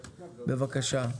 בבקשה.